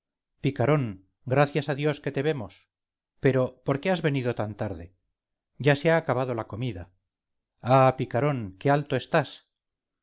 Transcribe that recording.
picarón gracias a dios que te vemos pero por qué has venido tan tarde ya se ha acabado la comida ah picarón qué alto estás